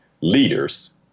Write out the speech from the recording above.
leaders